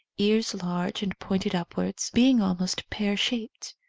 ears large and pointed upwards, being almost pear-shaped.